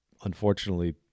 unfortunately